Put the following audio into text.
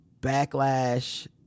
backlash